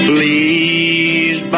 Please